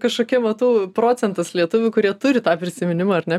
kažkoki matau procentas lietuvių kurie turi tą prisiminimą ar ne